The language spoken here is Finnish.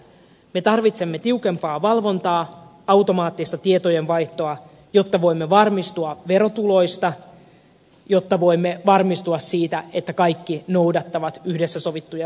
me tarvitsemme tiukempaa valvontaa automaattista tietojenvaihtoa jotta voimme varmistua verotuloista jotta voimme varmistua siitä että kaikki noudattavat yhdessä sovittuja sääntöjä